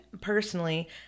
personally –